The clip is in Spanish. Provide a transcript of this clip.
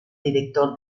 director